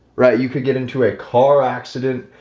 right? you could get into a car accident,